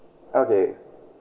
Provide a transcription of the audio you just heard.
okay